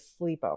sleepover